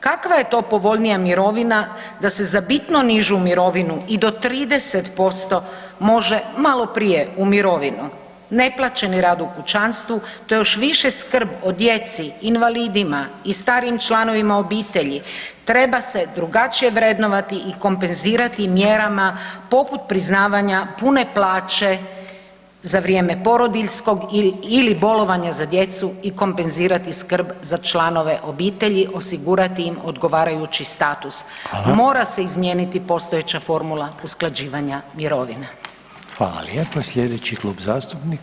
Kakva je to povoljnija mirovina, da se za bitno nižu mirovinu, i do 30% može malo prije u mirovinu, neplaćeni rad u kućanstvu te još više skrb o djeci, invalidima i starijim članovima obitelji treba se drugačije vrednovati i kompenzirati mjerama poput priznavanja pune plaće za vrijeme porodiljskog ili bolovanja za djecu i kompenzirati skrb za članove obitelji, osigurati im odgovarajući status [[Upadica: Hvala.]] Mora se izmijeniti postojeća formula usklađivanja mirovina.